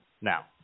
Now